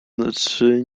znaczy